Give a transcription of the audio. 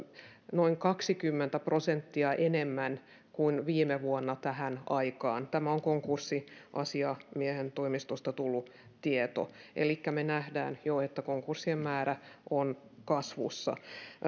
noin kaksikymmentä prosenttia enemmän kuin viime vuonna tähän aikaan tämä on konkurssiasiamiehen toimistosta tullut tieto elikkä me nähdään jo että konkurssien määrä on kasvussa